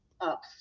up